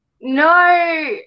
No